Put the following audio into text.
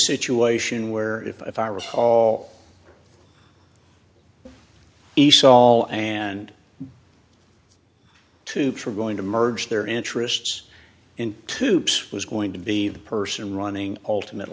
situation where if i was all east all and to try going to merge their interests in tubes was going to be the person running ultimate